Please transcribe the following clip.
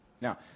now